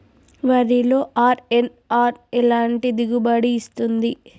వరిలో అర్.ఎన్.ఆర్ ఎలాంటి దిగుబడి ఇస్తుంది?